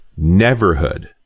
Neverhood